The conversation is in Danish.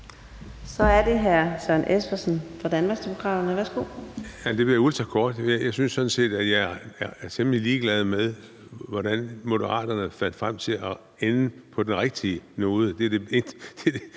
Så er det hr. Søren Espersen fra Danmarksdemokraterne. Værsgo. Kl. 10:28 Søren Espersen (DD): Det bliver ultrakort. Jeg er sådan set temmelig ligeglad med, hvordan Moderaterne fandt frem til at ende på den rigtige node.